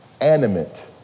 animate